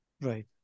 Right